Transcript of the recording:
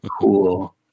cool